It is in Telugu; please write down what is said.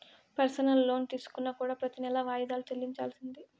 పెర్సనల్ లోన్ తీసుకున్నా కూడా ప్రెతి నెలా వాయిదాలు చెల్లించాల్సిందే